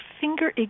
finger